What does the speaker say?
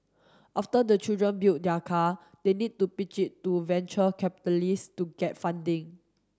after the children build their car they need to pitch it to venture capitalist to get funding